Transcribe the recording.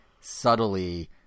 subtly